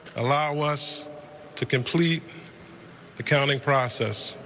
allow us to complete the counting process.